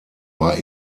war